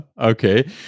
Okay